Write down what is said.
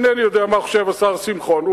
אינני יודע מה השר שמחון חושב,